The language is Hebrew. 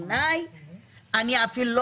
בעיניי הנגשה שפתית היא מאוד חשובה.